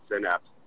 Synapse